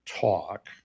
talk